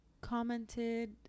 commented